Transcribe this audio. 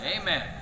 Amen